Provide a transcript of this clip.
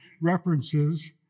references